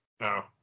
No